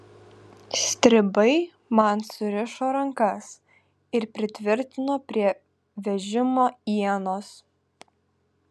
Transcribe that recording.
stribai man surišo rankas ir pritvirtino prie vežimo ienos